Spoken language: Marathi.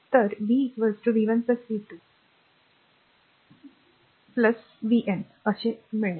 तर v v 1 v 2 बिंदू बिंदू ठिपके बिंदू बिंदू vn असावे जेणेकरुन ते मिळेल